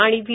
आणि व्ही